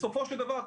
בסופו של דבר,